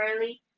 early